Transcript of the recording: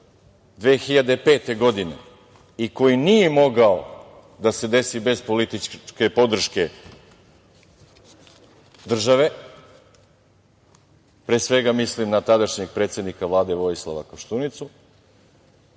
2005. godine i koji nije mogao da se desi bez političke podrške države, pre svega mislim na tadašnjeg predsednika Vlade, Vojislava Koštunicu,